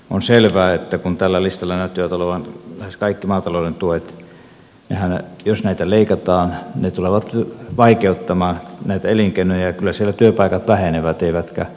on selvää että kun tällä listalla näyttivät olevan lähes kaikki maatalouden tuet niin jos näitä leikataan ne tulevat vaikeuttamaan näitä elinkeinoja ja kyllä siellä työpaikat vähenevät eivätkä lisäänny